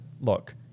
look